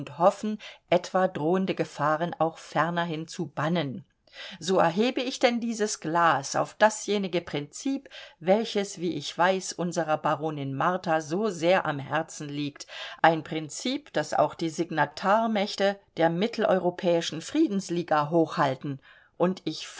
hoffen etwa drohende gefahren auch fernerhin zu bannen so erhebe ich denn dieses glas auf dasjenige prinzip welches wie ich weiß unserer baronin martha so sehr am herzen liegt ein prinzip das auch die signatarmächte der mitteleuropäischen friedensliga hochhalten und ich